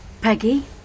Peggy